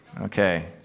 okay